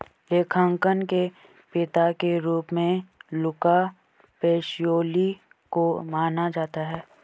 लेखांकन के पिता के रूप में लुका पैसिओली को माना जाता है